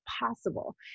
possible